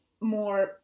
more